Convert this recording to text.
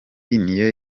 niyo